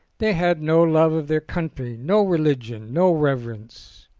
they had no love of their country, no religion, no reverence.